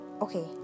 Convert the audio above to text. okay